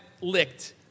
licked